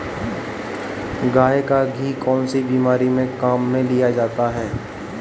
गाय का घी कौनसी बीमारी में काम में लिया जाता है?